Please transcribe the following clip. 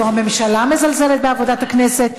זו הממשלה מזלזלת בעבודת הכנסת,